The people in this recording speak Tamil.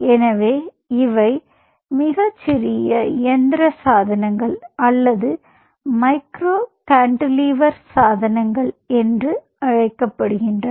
எனவே இவை சிறிய இயந்திர சாதனங்கள் அல்லது மைக்ரோ கான்டிலீவர் சாதனங்கள் என்று அழைக்கப்படுகின்றன